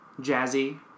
jazzy